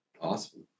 Awesome